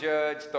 Judge